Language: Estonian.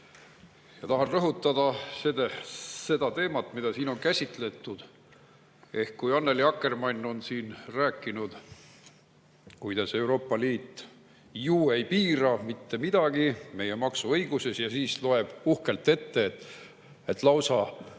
Ma tahan rõhutada seda teemat, mida siin on käsitletud. Annely Akkermann on siin rääkinud, kuidas Euroopa Liit ju ei piira mitte midagi meie maksuõiguses, ja siis loeb uhkelt ette, et lausa mitu